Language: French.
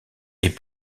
est